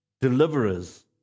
deliverers